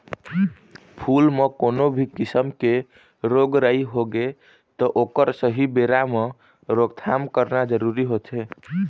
फूल म कोनो भी किसम के रोग राई होगे त ओखर सहीं बेरा म रोकथाम करना जरूरी होथे